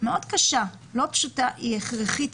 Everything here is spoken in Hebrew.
מאוד קשה ולא פשוטה, הוא הכרחי.